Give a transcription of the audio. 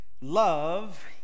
love